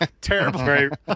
terrible